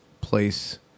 place